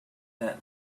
that